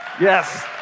Yes